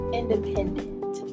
independent